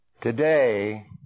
Today